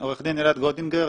עורך דין אלעד גודינגר,